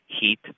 heat